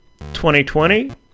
2020